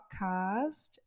podcast